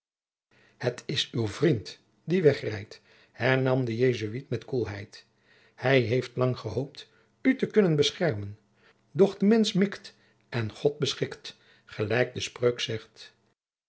het is uw vriend die wegrijdt hernam de jesuit met koelheid hij heeft lang gehoopt u te kunnen beschermen doch de mensch mikt en od beschikt gelijk de spreuk zegt